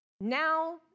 Now